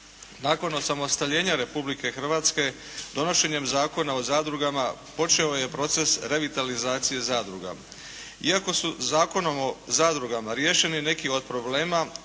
Nakon osamostaljenja Republike Hrvatske donošenjem Zakona o zadrugama počeo je proces revitalizacije zadruga. Iako su Zakonom o zadrugama riješeni neki od problema